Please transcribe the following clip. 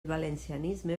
valencianisme